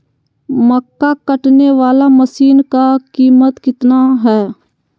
मक्का कटने बाला मसीन का कीमत कितना है?